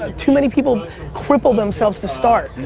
ah too many people cripple themselves to start.